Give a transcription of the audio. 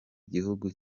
gihugu